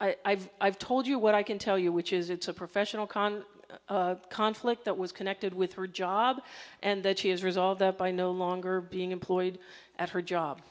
resolved i've i've told you what i can tell you which is it's a professional con conflict that was connected with her job and that she is resolved by no longer being employed at her job